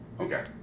Okay